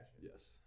Yes